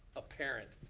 apparent,